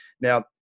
Now